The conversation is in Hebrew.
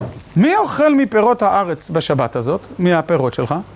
מי אוכל מפירות הארץ בשבת הזאת, מהפירות שלך?